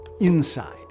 inside